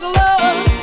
love